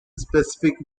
specific